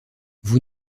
vous